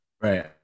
Right